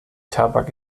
tabak